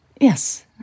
Yes